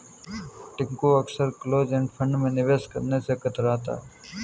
टिंकू अक्सर close end fund में निवेश करने से कतराता है